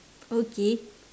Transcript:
okay